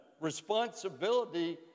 responsibility